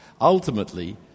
Ultimately